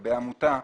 ולגבי עמותה,